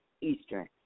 Eastern